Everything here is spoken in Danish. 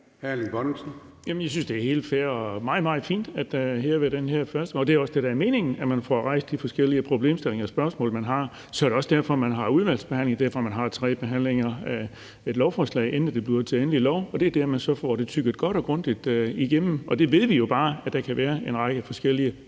Jeg synes, det er helt fair og meget, meget fint, at man her ved førstebehandlingen får rejst de forskellige problemstillinger og spørgsmål, man har. Det er også det, der er meningen. Det er også derfor, man har udvalgsbehandling, og derfor, man har tre behandlinger af et lovforslag, inden det bliver til endelig lov. Det er der, man så får det tygget godt og grundigt igennem, og vi ved jo bare, at der kan være en række forskellige